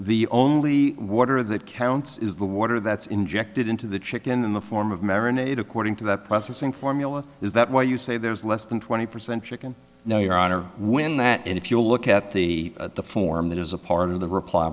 the only water that counts is the water that's injected into the chicken in the form of marinate according to the processing formula is that what you say there is less than twenty percent chicken now your honor when that if you look at the form that is a part of the reply